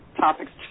topics